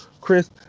Chris